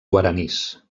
guaranís